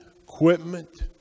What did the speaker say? equipment